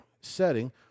setting